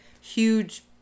huge